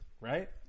right